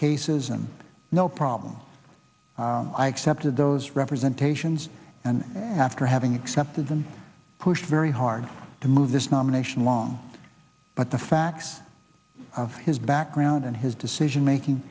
cases and no problems i accepted those representation and after having accepted them push very hard to move this nomination along but the facts of his background and his decision ma